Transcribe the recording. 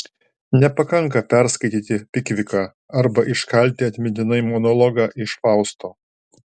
nepakanka perskaityti pikviką arba iškalti atmintinai monologą iš fausto